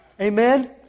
Amen